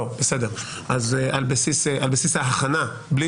נשמע על בסיס ההכנה שהוא עשה,